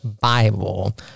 Bible